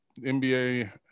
NBA